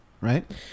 Right